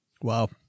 Wow